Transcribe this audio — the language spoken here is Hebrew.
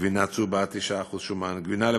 גבינה צהובה עד 9% שומן,